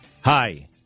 Hi